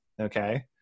okay